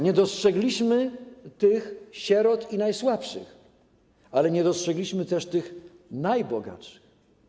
Nie dostrzegliśmy tych sierot i najsłabszych, ale też nie dostrzegliśmy tych najbogatszych.